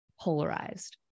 polarized